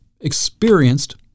experienced